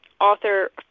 author